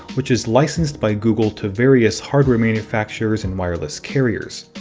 which is licensed by google to various hardware manufacturers and wireless carriers.